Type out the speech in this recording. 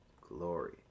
glory